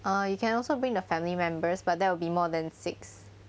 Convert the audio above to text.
uh you can also bring the family members but that will be more than six